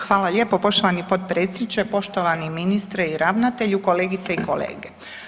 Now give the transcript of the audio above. Hvala lijepo poštovani potpredsjedniče, poštovani ministre i ravnatelju, kolegice i kolege.